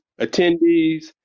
attendees